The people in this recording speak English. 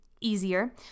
easier